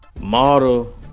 Model